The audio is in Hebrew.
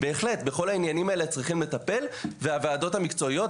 בהחלט בכל העניינים האלה צריכים לטפל והוועדות המקצועיות,